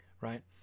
right